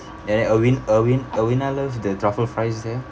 and then awin~ awin~ aweena aweena loves the truffle fries there